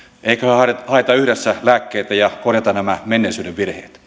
eiköhän haeta haeta yhdessä lääkkeitä ja korjata nämä menneisyyden virheet